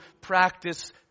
practice